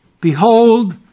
Behold